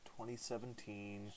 2017